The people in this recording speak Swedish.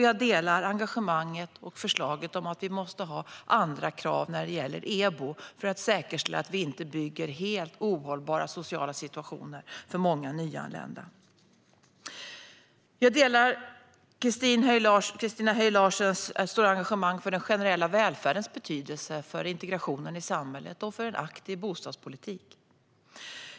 Jag delar engagemanget och förslaget om att vi måste ha andra krav för EBO för att säkerställa att vi inte bygger helt ohållbara sociala situationer för många nyanlända. Jag delar Christina Höj Larsens stora engagemang för den generella välfärdens betydelse för integrationen i samhället och för en aktiv bostadspolitik.